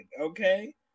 okay